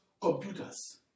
computers